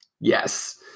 yes